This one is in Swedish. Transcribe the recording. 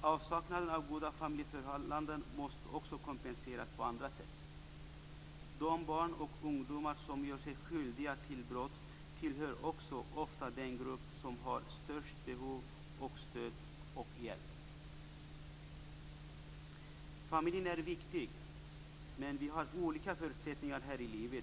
Avsaknaden av goda familjeförhållanden måste också kompenseras på andra sätt. De barn och ungdomar som gör sig skyldiga till brott tillhör också ofta den grupp som har störst behov av stöd och hjälp. Familjen är viktig, men vi har olika förutsättningar här i livet.